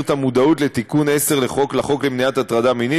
את המודעות לתיקון 10 לחוק למניעת הטרדה מינית,